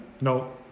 No